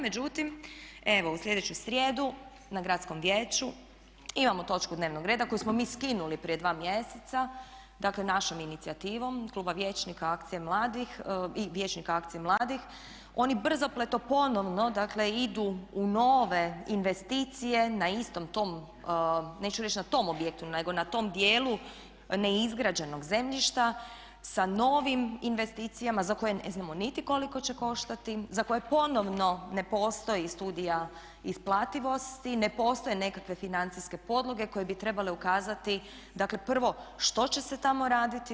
Međutim, evo u sljedeću srijedu na Gradskom vijeću imamo točku dnevnog reda koju smo mi skinuli prije 2 mjeseca, dakle našom inicijativom i vijećnika akcije mladih, oni brzopleto ponovno dakle idu u nove investicije na istom tom neću reći na tom objektu nego na tom dijelu neizgrađenog zemljišta sa novim investicijama za koje ne znamo niti koliko će koštati, za koje ponovno ne postoji studija isplativosti, ne postoje nekakve financijske podloge koje bi trebale ukazati dakle prvo što će se tamo raditi.